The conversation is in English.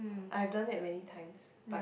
I have done that many times but